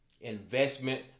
investment